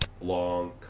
long